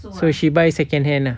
so she buy second hand lah